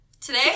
Today